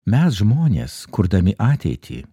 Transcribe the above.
mes žmonės kurdami ateitį